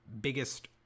biggest